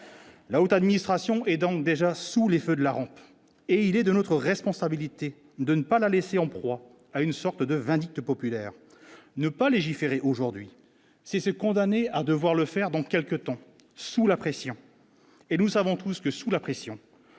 la haute administration et donc déjà sous les feux de la rampe et il est de notre responsabilité de ne pas la laisser en proie à une sorte de vindicte populaire ne pas légiférer, aujourd'hui, c'est se condamner à devoir le faire dans quelques temps, sous la pression et nous savons tous que sous la pression,